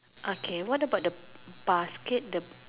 okay what about the basket the